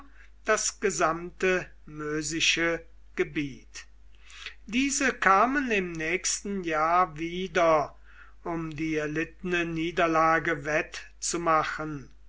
das gesamte mösische gebiet diese kamen im nächsten jahr wieder um die erlittene niederlage wettzumachen